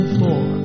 four